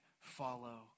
follow